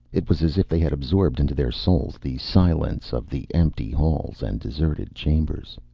it was as if they had absorbed into their souls the silence of the empty halls and deserted chambers.